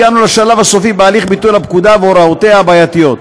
הגענו לשלב הסופי בהליך ביטול הפקודה והוראותיה הבעייתיות.